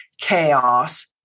chaos